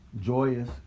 joyous